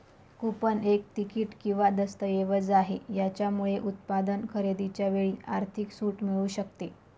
coupon एक ticket किंवा दस्तऐवज आहे, याच्यामुळे उत्पादन खरेदीच्या वेळी आर्थिक सूट मिळू शकते